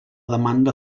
demanda